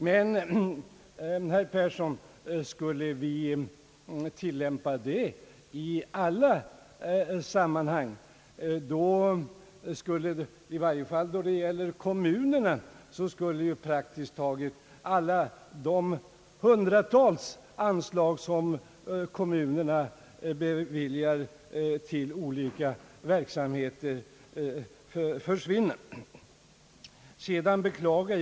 Men, herr Persson, skulle vi tillämpa det resonemanget i alla sammanhang, innebure det i varje fall när det gäller kommunerna att praktiskt taget alla de hundratals anslag som kommunerna beviljar till olika verksamheter försvinner.